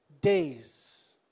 Days